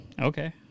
okay